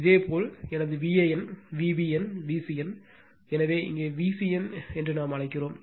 இதேபோல் எனது Van Vbn Vcn எனவே இங்கே Vcn என்று அழைக்கிறோம்